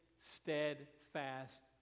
steadfast